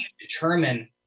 determine